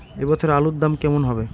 এ বছর আলুর দাম কেমন হবে?